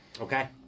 Okay